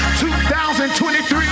2023